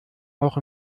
auch